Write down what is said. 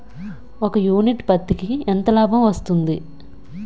ఒక యూనిట్ పత్తికి ఎంత లాభం వస్తుంది?